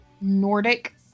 Nordic